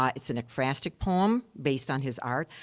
um it's an ekphrastic poem, based on his art.